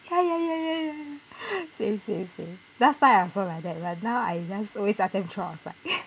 ya ya ya ya ya same same same last time I also like that but now I just always ask them throw outside